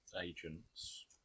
agents